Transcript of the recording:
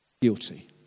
Guilty